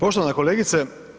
Poštovane kolegice.